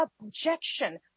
objection